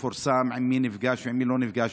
ומפורסם עם מי הוא נפגש ועם מי הוא לא נפגש,